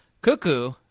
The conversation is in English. Cuckoo